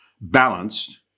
balanced